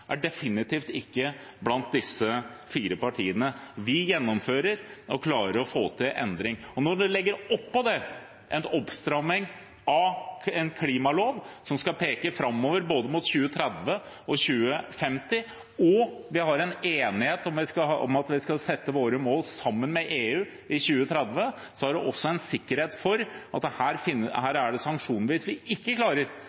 er definitivt ikke størst blant disse fire partiene. Vi gjennomfører og klarer å få til endring. Når vi oppå det legger en innstramming av en klimalov som skal peke framover mot både 2030 og 2050, og vi har en enighet om at vi skal sette våre mål sammen med EU i 2030, har vi også en sikkerhet for at